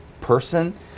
person